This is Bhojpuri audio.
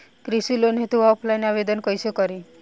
कृषि लोन हेतू ऑफलाइन आवेदन कइसे करि?